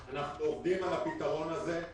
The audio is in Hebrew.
אנחנו עובדים על הפתרון הזה.